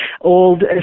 old